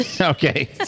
Okay